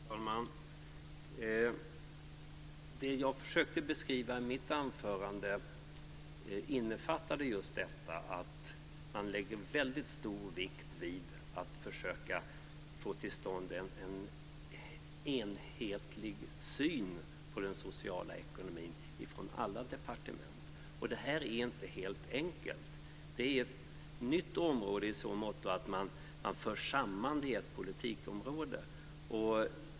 Fru talman! Det som jag försökte beskriva i mitt anförande innefattade just detta att man lägger väldigt stor vikt vid att försöka få till stånd en enhetlig syn på den sociala ekonomin från alla departement. Och detta är inte helt enkelt. Det är ett nytt område i så måtto att man för samman det i ett politikområde.